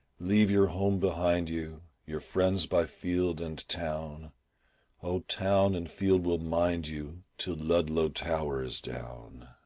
leave your home behind you, your friends by field and town oh, town and field will mind you till ludlow tower is down.